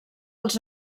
els